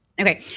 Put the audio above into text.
Okay